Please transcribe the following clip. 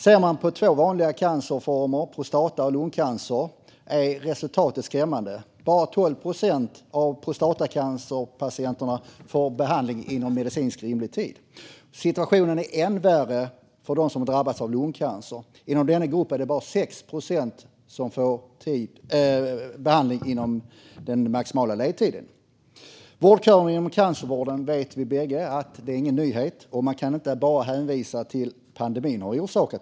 För två vanliga cancerformer, prostata och lungcancer, är resultaten skrämmande: Bara 12 procent av prostatacancerpatienterna får behandling inom medicinskt rimlig tid, och situationen är än värre för dem som drabbas av lungcancer - inom denna grupp är det bara 6 procent som får behandling inom den maximala ledtiden. Vi vet bägge två att vårdköerna inom cancervården inte är någon nyhet och att man inte bara kan hänvisa till pandemin som orsak.